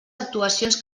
actuacions